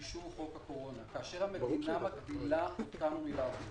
כאשר המדינה מגבילה אותנו מלעבוד